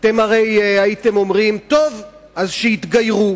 אתם הרי הייתם אומרים: טוב, שיתגיירו.